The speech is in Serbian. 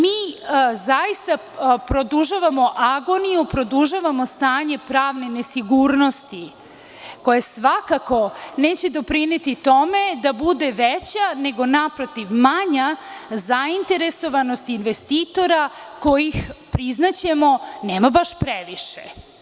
Mi zaista produžavamo agoniju, produžavamo stanje pravne nesigurnosti, koje svakako neće doprineti tome da bude veća, nego naprotiv manja, zainteresovanost investitora kojih, priznaćemo, nema baš previše.